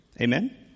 amen